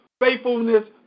faithfulness